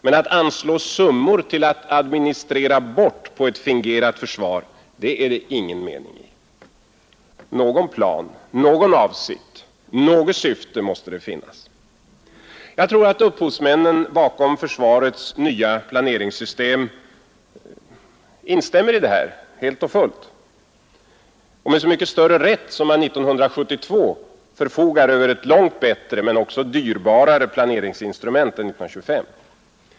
Men att anslå summor till att administrera bort på ett fingerat försvar, det är det ingen mening i. Någon plan, någon avsikt, något syfte måste det finnas.” Jag tror att upphovsmännen bakom försvarets nya planeringssystem instämmer i detta helt och fullt — och med så mycket större rätt som man 1972 förfogar över ett långt bättre men också dyrbarare planeringsinstrument än 1925.